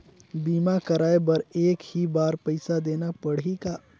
बीमा कराय बर एक ही बार पईसा देना पड़ही का?